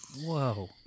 Whoa